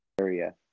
area